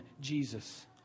Jesus